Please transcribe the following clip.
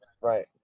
right